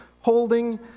holding